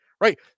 right